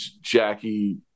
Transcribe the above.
Jackie